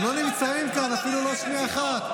הם לא נמצאים כאן אפילו לא שנייה אחת.